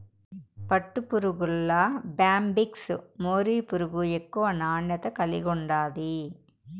పట్టుపురుగుల్ల Bombyx mori పురుగు ఎక్కువ నాణ్యత కలిగుండాది